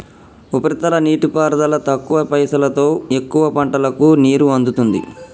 ఉపరితల నీటిపారుదల తక్కువ పైసలోతో ఎక్కువ పంటలకు నీరు అందుతుంది